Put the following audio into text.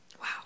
wow